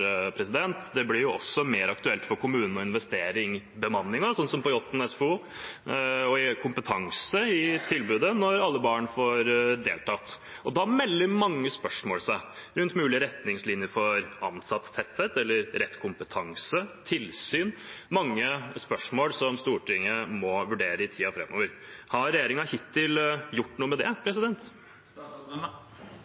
Det blir også mer aktuelt for kommunene å investere i bemanning – som ved Jåtten SFO – og kompetanse i tilbudet når alle barn får deltatt. Da melder mange spørsmål seg rundt mulige retningslinjer for ansattetetthet, rett kompetanse eller tilsyn – mange spørsmål som Stortinget må vurdere i tiden framover. Har regjeringen hittil gjort noe med det?